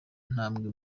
ntambwe